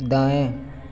दाएँ